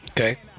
Okay